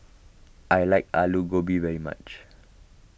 I like Alu Gobi very much